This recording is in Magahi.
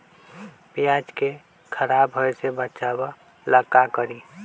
प्याज को खराब होय से बचाव ला का करी?